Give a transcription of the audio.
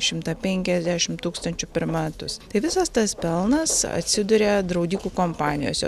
šimtą penkiasdešim tūkstančių per metus tai visas tas pelnas atsiduria draudikų kompanijose